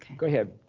go ahead.